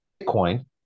Bitcoin